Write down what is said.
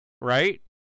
Right